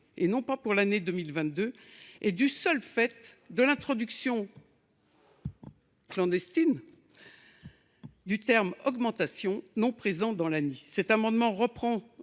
et non pour l’année 2022 du seul fait de l’introduction clandestine du terme « augmentation », non présent dans l’ANI. Cet amendement vise